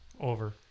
Over